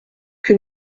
que